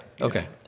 okay